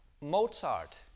Mozart